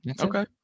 Okay